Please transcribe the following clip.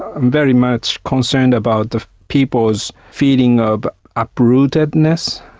i'm very much concerned about the people's feeling of uprootedness.